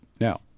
Now